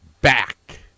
back